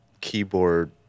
Keyboard